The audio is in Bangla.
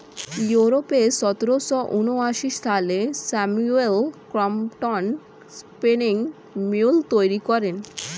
ইউরোপে সতেরোশো ঊনআশি সালে স্যামুয়েল ক্রম্পটন স্পিনিং মিউল তৈরি করেন